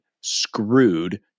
screwed